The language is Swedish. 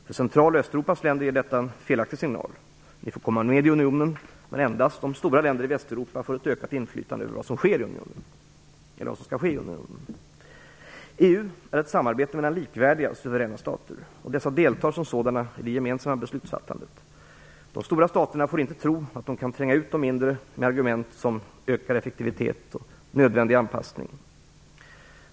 För Centraloch Östeuropas länder ger detta en felaktig signal: Ni får komma med i unionen, men endast om stora länder i Västeuropa får ett ökat inflytande över vad som skall ske i unionen. EU är ett samarbete mellan likvärdiga och suveräna stater, och dessa deltar som sådana i det gemensamma beslutsfattandet. De stora staterna får inte tro att de kan tränga ut de mindre med argument som "ökad effektivitet" och "nödvändig anpassning".